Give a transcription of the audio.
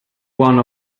one